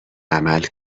عمل